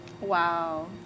Wow